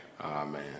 Amen